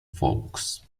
folks